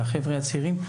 על החברה הצעירים,